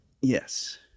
Yes